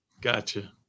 gotcha